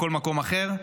בכל מקום אחר.